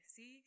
See